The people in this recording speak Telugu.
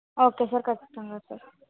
ఓకే సార్ ఖచ్చితంగా సార్